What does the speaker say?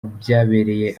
byabereye